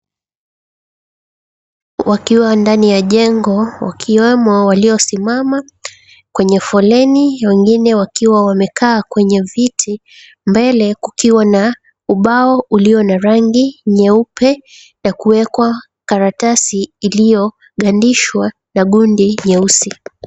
Wakiwa ndani ya jengo wakiwemo waliosimama kwenye foleni, wengine wakiwa wamekaa kwenye viti. Mbele kukiwa na ubao ulio na rangi nyeupe na kuwekwa karatasi iliyogandishwa na gundi nyeusi.